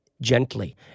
gently